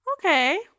Okay